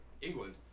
england